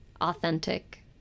authentic